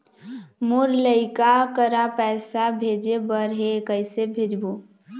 मोर लइका करा पैसा भेजें बर हे, कइसे भेजबो?